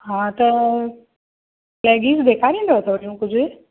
हा त लैगीस ॾेखारींदव थोरियूं कुझु